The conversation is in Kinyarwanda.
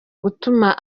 gutuma